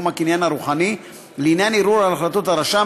הקניין הרוחני לעניין ערעור על החלטות הרשם,